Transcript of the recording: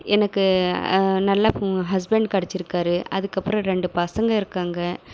எனக்கு நல்ல ஹஸ்பண்ட் கிடச்சிருக்காரு அதுக்கப்புறம் ரெண்டு பசங்க இருக்காங்க